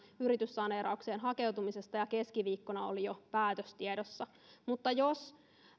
yrityssaneeraukseen hakeutumisesta ja keskiviikkona oli jo päätös tiedossa mutta jos